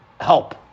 Help